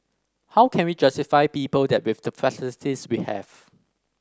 how can we justify people that with the facilities we have